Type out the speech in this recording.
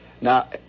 Now